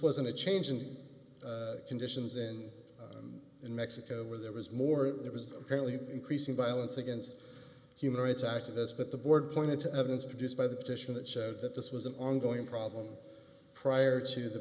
wasn't a change in conditions and in mexico where there was more there was apparently increasing violence against human rights activists but the board pointed to evidence produced by the petition that showed that this was an ongoing problem prior to the